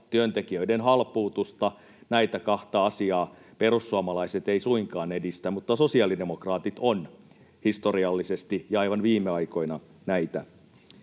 työntekijöiden halpuutusta. Näitä kahta asiaa perussuomalaiset eivät suinkaan edistä, mutta sosiaalidemokraatit ovat historiallisesti ja aivan viime aikoina näitä